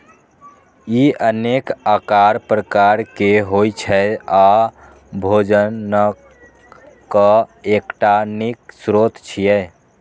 ई अनेक आकार प्रकार के होइ छै आ भोजनक एकटा नीक स्रोत छियै